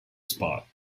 spot